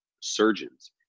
surgeons